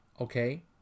Okay